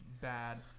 bad